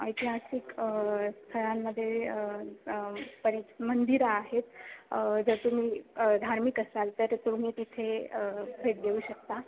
ऐति हासिक स्थळांमध्ये परी मंदिरं आहेत जर तुम्ही धार्मिक असाल तर तुम्ही तिथे भेट देऊ शकता